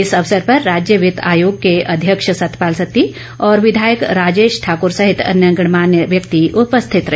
इस अवसर पर राज्य वित्तायोग के अध्यक्ष सतपाल सत्ती और विधायक राजेश ठाक्र सहित अन्य गणमान्य व्यक्ति उपस्थित रहे